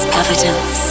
evidence